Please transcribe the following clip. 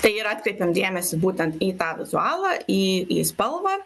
tai yra atkreipiam dėmesį būtent į tą vizualą į į spalvą